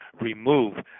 remove